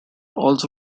also